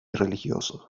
religiosos